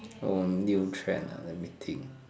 oh new trend uh let me think